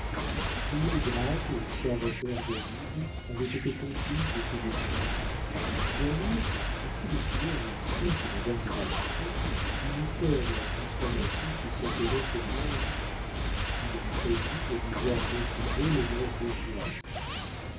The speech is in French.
puis le grave et observateur david avait été complice de ce dévouement néanmoins depuis le triomphe de lucien chez madame de bargeton il eut peur de la transformation qui s'opérait chez lucien il craignit de lui voir mépriser les mœurs bourgeoises